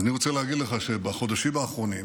אני רוצה להגיד לך שבחודשים האחרונים,